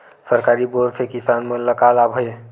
सरकारी बोर से किसान मन ला का लाभ हे?